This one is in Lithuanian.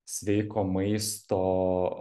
sveiko maisto